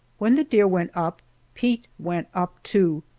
when the deer went up pete went up, too,